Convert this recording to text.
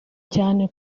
cyane